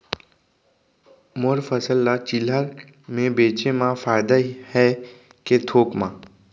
मोर फसल ल चिल्हर में बेचे म फायदा है के थोक म?